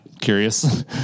Curious